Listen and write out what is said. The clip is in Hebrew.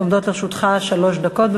עומדות לרשותך שלוש דקות.